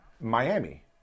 Miami